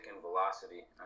velocity